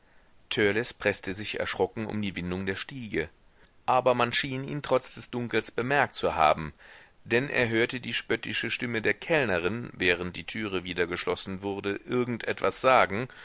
preßte sich erschrocken um die windung der stiege aber man schien ihn trotz des dunkels bemerkt zu haben denn er hörte die spöttische stimme der kellnerin während die türe wieder geschlossen wurde irgend etwas sagen